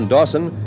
Dawson